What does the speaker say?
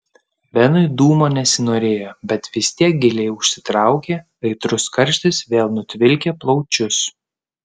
benui dūmo nesinorėjo bet vis tiek giliai užsitraukė aitrus karštis vėl nutvilkė plaučius